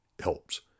helps